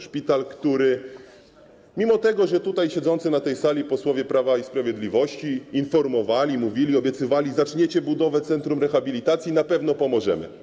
Szpital, który mimo tego, że siedzący na tej sali posłowie Prawa i Sprawiedliwości informowali, mówili, obiecywali: zaczniecie budowę centrum rehabilitacji, na pewno pomożemy.